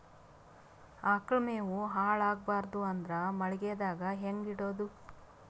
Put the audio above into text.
ಆಕಳ ಮೆವೊ ಹಾಳ ಆಗಬಾರದು ಅಂದ್ರ ಮಳಿಗೆದಾಗ ಹೆಂಗ ಇಡೊದೊ?